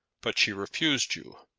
but she refused you?